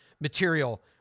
material